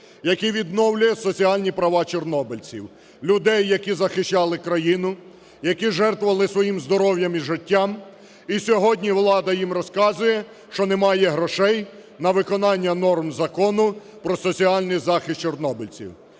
який відновлює соціальні права чорнобильців, людей, які захищали країну, які жертвували своїм здоров'ям і життям і сьогодні влада їм розказує, що немає грошей на виконання норм Закону по соціальний захист чорнобильців.